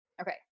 Okay